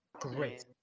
Great